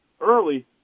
early